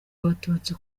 abatutsi